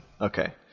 Okay